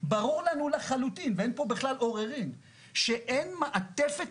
ברור לנו לחלוטין ואין פה בכלל עוררין שאין מעטפת